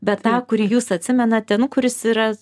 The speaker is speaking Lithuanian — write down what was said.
bet tą kurį jūs atsimenate nu kuris yra